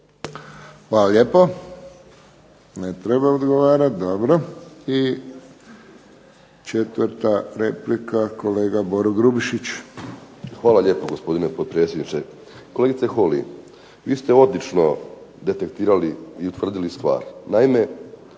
Hvala lijepo. Ne treba odgovarati, dobro. I četvrta replika, kolega Boro Grubišić. **Grubišić, Boro (HDSSB)** Hvala lijepo gospodine potpredsjedniče. Kolegice Holy vi ste odlično detektirali i utvrditi stvar.